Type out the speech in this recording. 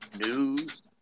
News